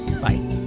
Bye